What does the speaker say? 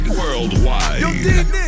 worldwide